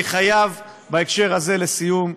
אני חייב, בהקשר הזה, לסיום,